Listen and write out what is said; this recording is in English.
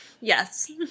Yes